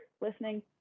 listening